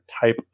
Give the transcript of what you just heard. type